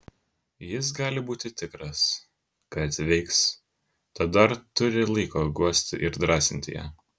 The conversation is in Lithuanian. jis gali būti tikras kad veiks tad dar turi laiko guosti ir drąsinti ją